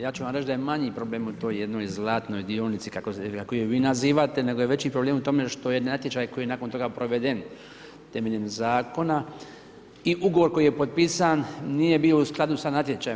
Ja ću vam reći da je manji problem u toj jednoj zlatnoj dionici, kako ju vi nazivate, nego je veći problem u tome što ej natječaj koji je nakon toga proveden temeljem zakona i ugovor koji je potpisan nije bio u skladu sa natječajem.